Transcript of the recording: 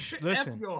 Listen